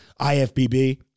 IFBB